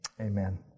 Amen